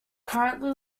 currently